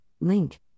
Link